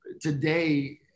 today